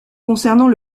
concernant